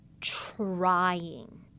trying